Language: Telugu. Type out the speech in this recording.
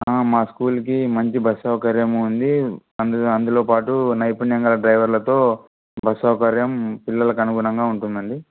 మా స్కూల్కి మంచి బస్ సౌకర్యం ఉంది అందు అందులో పాటు నైపుణ్యంగల డ్రైవర్లతో బస్ సౌకర్యం పిల్లలకు అనుగుణంగా ఉంటుందండి